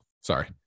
Sorry